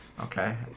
Okay